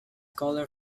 colour